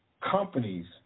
companies